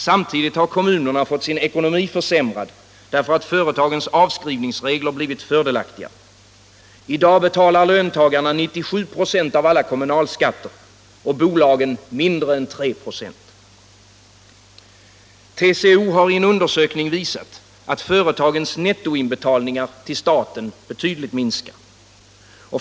Samtidigt har kommunerna fått sin ekonomi försämrad därför att företagens avskrivningsregler blivit fördelaktigare. I dag betalar löntagarna 97 96 av 7 Allmänpolitisk debatt alla kommunalskatter, bolagen mindre än 3 26. TCO har i en undersökning visat att företagens nettoinbetalningar till staten betydligt minskar.